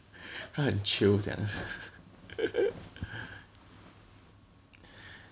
他很 chill 这样